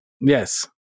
Yes